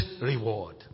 reward